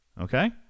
Okay